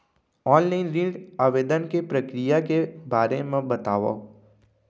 Online ऋण आवेदन के प्रक्रिया के बारे म बतावव?